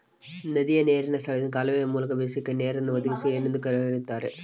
ನದಿಯ ನೇರಿನ ಸ್ಥಳದಿಂದ ಕಾಲುವೆಯ ಮೂಲಕ ಬೇಸಾಯಕ್ಕೆ ನೇರನ್ನು ಒದಗಿಸುವುದಕ್ಕೆ ಏನೆಂದು ಕರೆಯುತ್ತಾರೆ?